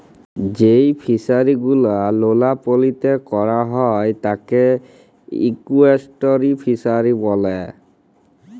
যেই ফিশারি গুলো লোলা পালিতে ক্যরা হ্যয় তাকে এস্টুয়ারই ফিসারী ব্যলে